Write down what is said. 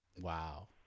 Wow